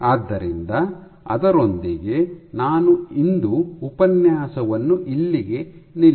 ಆದ್ದರಿಂದ ಅದರೊಂದಿಗೆ ನಾನು ಇಂದು ಉಪನ್ಯಾಸವನ್ನು ಇಲ್ಲಿಗೆ ನಿಲ್ಲಿಸುತ್ತೀನಿ